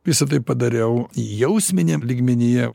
visa tai padariau jausminiam lygmenyje